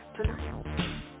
tonight